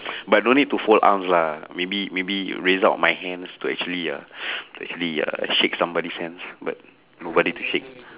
but don't need to fold arms lah maybe maybe raise up my hands to actually uh to actually uh to shake somebody's hands but got nobody to shake